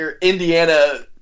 Indiana